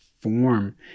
form